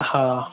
हा